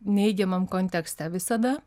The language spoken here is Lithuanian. neigiamam kontekste visada